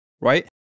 Right